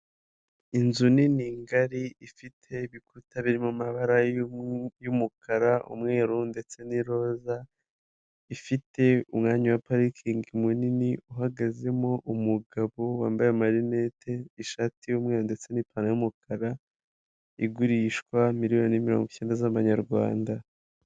Inzu nini ngari ifite ibikuta birimo amabara y'umukara umweru ndetse n'iroza ifite umwanya wa parikingi munini uhagazemo umugabo wambaye amarinete, ishati y'umweru ndetse n'pantaro y'umukara igurishwa miliyoni mirongo icyenda z'amanyarwanda.